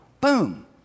boom